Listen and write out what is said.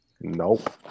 Nope